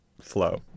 flow